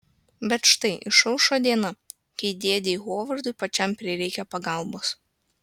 bet štai išaušo diena kai dėdei hovardui pačiam prireikia pagalbos